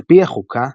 על פי החוקה,